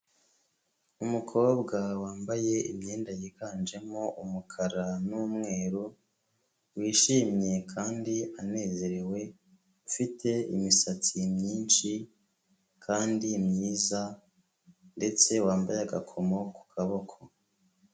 Umukobwa wambaye imyenda yiganjemo umukara n'umweru wishimye kandi anezerewe, ufite imisatsi myinshi kandi myiza ndetse wambaye agakomo ku kaboko.